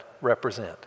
represent